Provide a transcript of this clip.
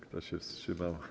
Kto się wstrzymał?